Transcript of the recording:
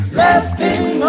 laughing